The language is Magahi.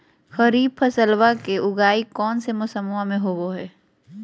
खरीफ फसलवा के उगाई कौन से मौसमा मे होवय है?